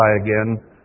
again